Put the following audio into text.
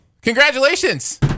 Congratulations